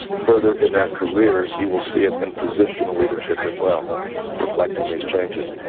further in their careers you'll see it in positional leadership as well reflecting these changes.